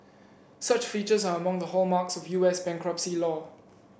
such features are among the hallmarks of U S bankruptcy law